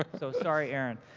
ah so, sorry, aaron.